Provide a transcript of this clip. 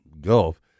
Gulf